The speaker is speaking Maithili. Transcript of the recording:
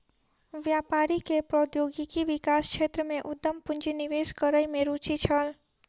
व्यापारी के प्रौद्योगिकी विकास क्षेत्र में उद्यम पूंजी निवेश करै में रूचि छल